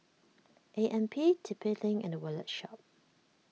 A M P T P Link and the Wallet Shop